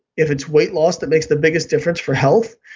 if it's weight loss that makes the biggest difference for health,